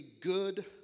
good